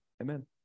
Amen